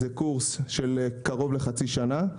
זה קורס של קרוב לחצי שנה,